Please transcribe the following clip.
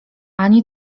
ani